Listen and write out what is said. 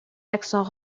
accent